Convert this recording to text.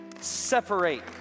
separate